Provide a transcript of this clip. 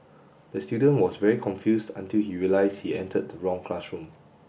the student was very confused until he realised he entered the wrong classroom